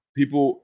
People